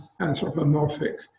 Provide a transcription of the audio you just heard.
anthropomorphic